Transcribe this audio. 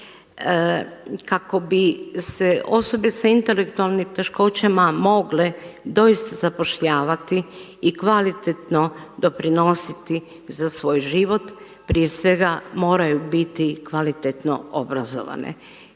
Kako bi se osobe sa intelektualnim teškoćama mogle doista zapošljavati i kvalitetno doprinositi za svoj život prije svega moraju biti kvalitetno obrazovane